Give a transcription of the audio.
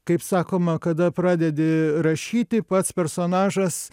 kaip sakoma kada pradedi rašyti pats personažas